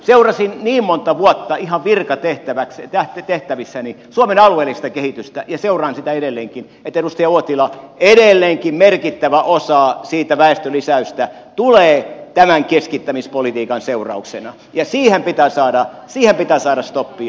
seurasin niin monta vuotta ihan virkatehtävissäni suomen alueellista kehitystä ja seuraan sitä edelleenkin että edustaja uotila edelleenkin merkittävä osa siitä väestönlisäyksestä tulee tämän keskittämispolitiikan seurauksena ja siihen pitää saada stoppia